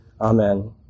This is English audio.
Amen